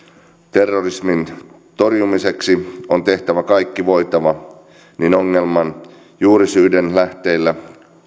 terrorismin torjumiseksi on tehtävä kaikki voitava niin ongelman juurisyiden lähteillä